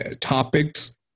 topics